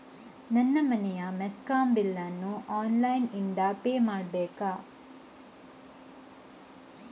ನನ್ನ ಮನೆಯ ಮೆಸ್ಕಾಂ ಬಿಲ್ ಅನ್ನು ಆನ್ಲೈನ್ ಇಂದ ಪೇ ಮಾಡ್ಬೇಕಾ?